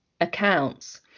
accounts